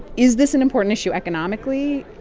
is this an important issue economically?